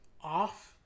off